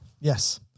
Yes